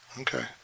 Okay